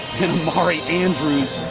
amari andrews,